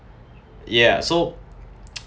ya so